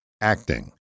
acting